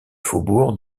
faubourg